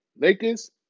Lakers